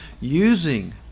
using